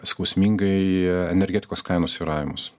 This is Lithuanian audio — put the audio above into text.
skausmingai energetikos kainų svyravimus